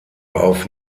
auf